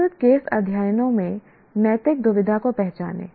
प्रस्तुत केस अध्ययनों में नैतिक दुविधा को पहचानें